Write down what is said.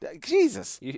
Jesus